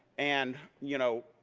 and, you know,